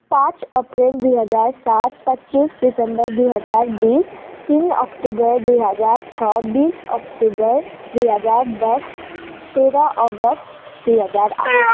पाँच अप्रेल दुई हजार सात पच्चिस दिसम्बर दुई हजार बिस तिन अक्टोबर दुई हजार छ बिस अक्टोबर दुई हजार दस तेह्र अगस्त दुई हजार आठ